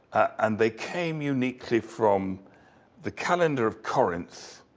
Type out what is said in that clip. and they came uniquely from the calendar of corinth.